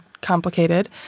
complicated